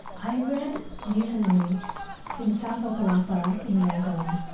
i read recently in south okkalapa, in yangon, um